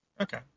Okay